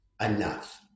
enough